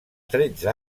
tretze